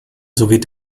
sowie